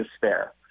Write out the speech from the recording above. despair